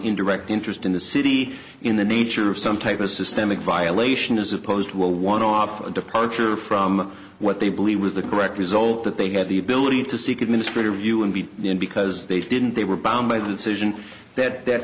indirect interest in the city in the nature of some type of systemic violation as opposed to a one off departure from what they believe was the correct result that they had the ability to seek administrative review and b because they didn't they were